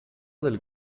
del